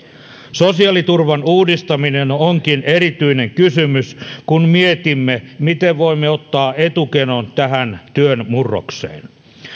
sosiaaliturvan uudistaminen onkin erityinen kysymys kun mietimme miten voimme ottaa etukenon tähän työn murrokseen